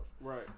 Right